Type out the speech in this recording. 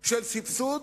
של סבסוד